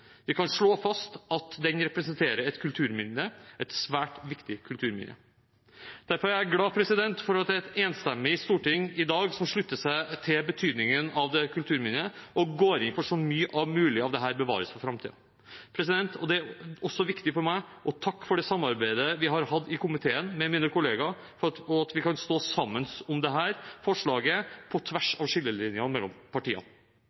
Vi kan slå fast at den representerer et svært viktig kulturminne. Derfor er jeg glad for at det er et enstemmig storting som i dag slutter seg til betydningen av dette kulturminnet, og går inn for at så mye som mulig av dette bevares for framtiden. Det er også viktig for meg å takke for det samarbeidet jeg har hatt med mine kollegaer i komiteen, at vi kan stå sammen om dette forslaget, på tvers av skillelinjene mellom partiene.